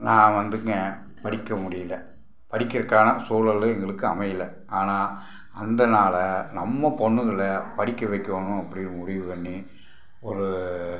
நான் வந்துங்க படிக்க முடியலை படிக்குறதுக்கான சூழலும் எங்களுக்கு அமையலை ஆனால் அந்தனால் நம்ம பொண்ணுங்களை படிக்க வைக்கணும் அப்படின்னு முடிவு பண்ணி ஒரு